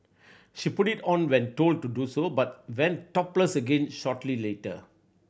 she put it on when told to do so but went topless again shortly later